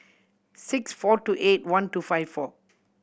six four two eight one two five four